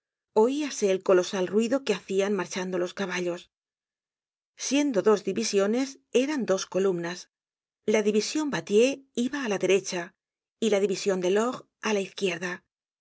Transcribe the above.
artillería oíase el colosal ruido que hacian marchando los caballos siendo dos divisiones eran dos columnas la division wathier iba á la derecha y la division delord á la izquierda